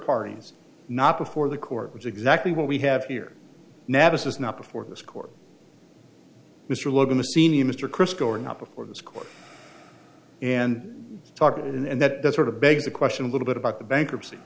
parties not before the court which exactly what we have here now this is not before this court mr logan the senior mr christgau or not before this court and talk and that does sort of begs the question a little bit about the bankruptcy